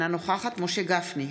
אינה נוכחת משה גפני,